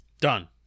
Done